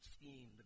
scheme